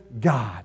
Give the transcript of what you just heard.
God